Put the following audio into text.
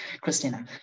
Christina